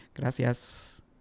Gracias